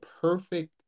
perfect